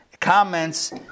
comments